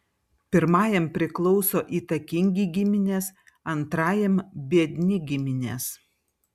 pirmajam priklauso įtakingi giminės antrajam biedni giminės